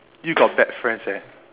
you got bad friends eh